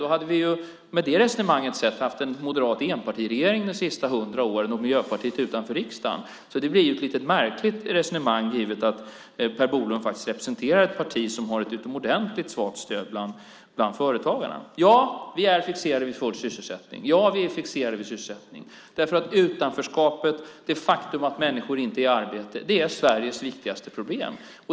Med det resonemanget skulle vi ha haft en moderat enpartiregering de senaste hundra åren, och Miljöpartiet skulle vara utanför riksdagen. Därför blir det ett lite märkligt resonemang, givet att Per Bolund faktiskt representerar ett parti som har ett utomordentligt svagt stöd bland företagarna. Ja, vi är fixerade vid full sysselsättning. Ja, vi är fixerade vid sysselsättning därför att utanförskapet, det faktum att människor inte är i arbete, är Sveriges viktigaste problem.